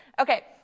Okay